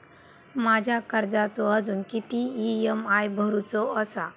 माझ्या कर्जाचो अजून किती ई.एम.आय भरूचो असा?